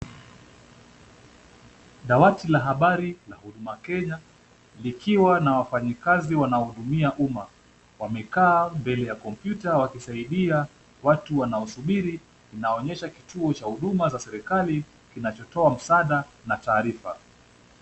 Dawati la habari la huduma Kenya, likiwa na wafanyikazi wanaohudumia umma. Wamekaa mbele ya kompyuta wakisaidia watu wanaosubiri. Inaonyesha kituo cha huduma za serikali, kinachotoa msaada na taarifa.